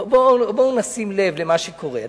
בואו נשים לב למה שקורה.